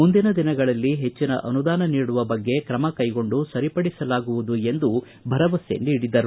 ಮುಂದಿನ ದಿನಗಳಲ್ಲಿ ಹೆಚ್ಚಿನ ಅನುದಾನ ನೀಡುವ ಬಗ್ಗೆ ತ್ರಮಕ್ಕೆಗೊಂಡು ಸರಿಪಡಿಸಲಾಗುವುದು ಎಂದು ಭರವಸೆ ನೀಡಿದರು